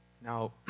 Now